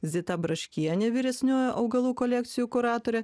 zita braškienė vyresnioji augalų kolekcijų kuratorė